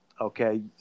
Okay